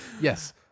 Yes